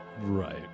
Right